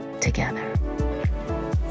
together